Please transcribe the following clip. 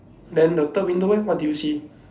then the third window leh what do you see